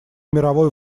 мировой